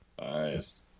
Nice